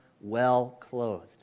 well-clothed